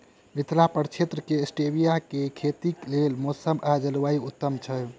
मिथिला प्रक्षेत्र मे स्टीबिया केँ खेतीक लेल मौसम आ जलवायु उत्तम छै?